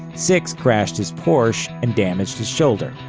sixx crashed his porsche and damaged his shoulder.